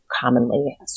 commonly